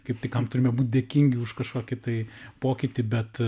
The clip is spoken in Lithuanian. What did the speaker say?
kaip tai kam turime būti dėkingi už kažkokį tai pokytį bet